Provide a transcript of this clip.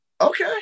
okay